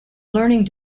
learning